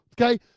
Okay